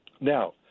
Now